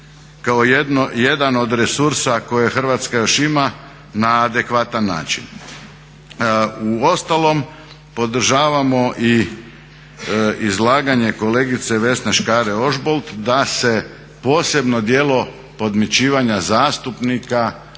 kao jedan od resursa koje Hrvatska još ima na adekvatan način. Uostalom podražavamo i izlaganje kolegice Vesne Škare-Ožbolt da se posebno djelo podmićivanja zastupnika drugačije